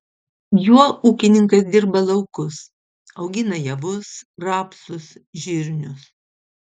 juo ūkininkas dirba laukus augina javus rapsus žirnius